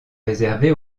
réservés